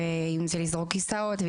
כולל לזרוק כיסאות.